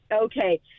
Okay